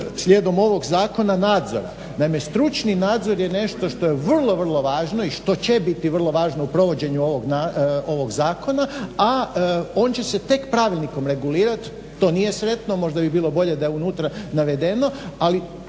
slijedom ovog zakona nadzora. Naime, stručni nadzor je nešto što je vrlo, vrlo važno i što će biti vrlo važno u provođenju ovog zakona a on če se tek pravilnikom regulirat, to nije sretno, možda bi bilo bolje da je unutra navedeno ali